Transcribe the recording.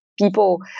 people